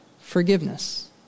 forgiveness